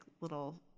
little